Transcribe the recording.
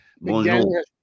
Bonjour